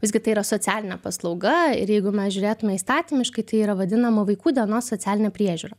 visgi tai yra socialinė paslauga ir jeigu mes žiūrėtume įstatymiškai tai yra vadinama vaikų dienos socialinė priežiūra